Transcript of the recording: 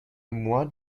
mois